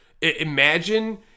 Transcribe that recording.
Imagine